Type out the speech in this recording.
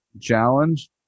challenge